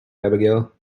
abigail